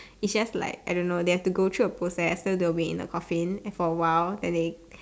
it's just like I don't know they have to go through a process so they'll be in a coffin and for a while then they